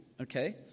Okay